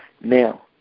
Now